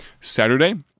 Saturday